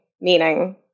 meaning